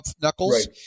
knuckles